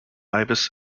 ibis